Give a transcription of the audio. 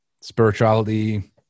spirituality